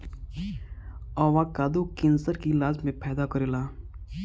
avocado cancer के इलाज में फायदा करेला